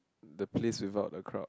the place without a crowd